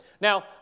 Now